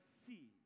see